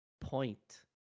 point